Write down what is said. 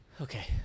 okay